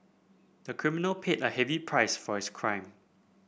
the criminal paid a heavy price for his crime